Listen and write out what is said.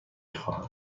خواهم